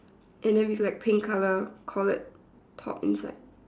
and then with like pink colour collared top inside